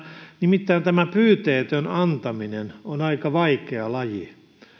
nimittäin pyyteetön antaminen on aika vaikea laji